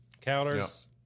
counters